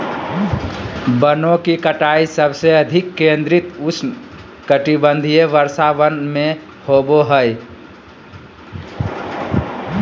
वनों की कटाई सबसे अधिक केंद्रित उष्णकटिबंधीय वर्षावन में होबो हइ